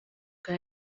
bwa